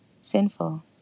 sinful